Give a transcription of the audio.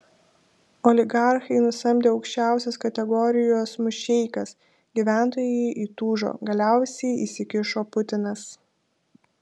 oligarchai nusamdė aukščiausios kategorijos mušeikas gyventojai įtūžo galiausiai įsikišo putinas